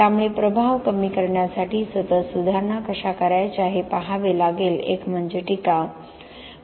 त्यामुळे प्रभाव कमी करण्यासाठी सतत सुधारणा कशा करायच्या हे पाहावे लागेल एक म्हणजे टिकाव